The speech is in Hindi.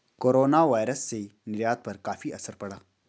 कोरोनावायरस से निर्यात पर काफी असर पड़ा